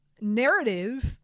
narrative